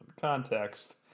context